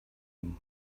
them